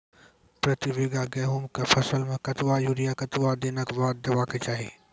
प्रति बीघा गेहूँमक फसल मे कतबा यूरिया कतवा दिनऽक बाद देवाक चाही?